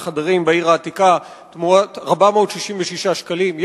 חדרים בעיר העתיקה תמורת 466 שקלים.